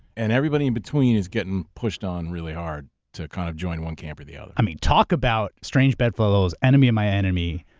and everybody in between is getting pushed on really hard to kind of join one camp or the other. i mean, talk about strange bedfellows. enemy of my enemy.